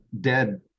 dead